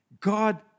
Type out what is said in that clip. God